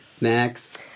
Next